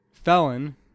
Felon